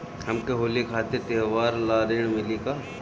हमके होली खातिर त्योहार ला ऋण मिली का?